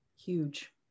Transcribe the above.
huge